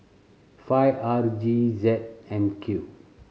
five R G Z M Q